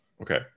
okay